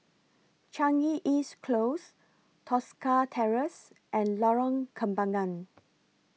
Changi East Close Tosca Terrace and Lorong Kembangan